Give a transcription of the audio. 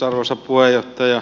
arvoisa puheenjohtaja